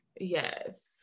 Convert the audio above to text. Yes